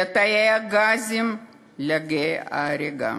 לתאי הגזים, לגיא ההרגה.